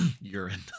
urine